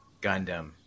Gundam